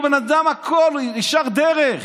הוא בן אדם ישר דרך.